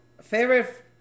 favorite